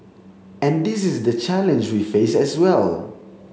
and this is the challenge we face as well